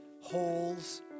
holes